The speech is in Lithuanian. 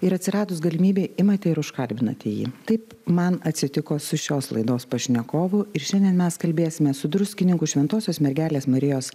ir atsiradus galimybei imate ir užkalbinate jį taip man atsitiko su šios laidos pašnekovu ir šiandien mes kalbėsime su druskininkų šventosios mergelės marijos